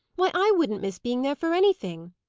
why, i wouldn't miss being there for anything!